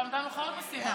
עכשיו נתנו לך עוד משימה,